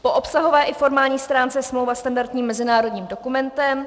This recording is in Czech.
Po obsahové i formálně stránce je smlouva standardním mezinárodním dokumentem.